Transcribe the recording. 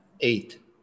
eight